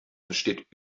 entsteht